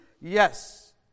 yes